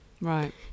Right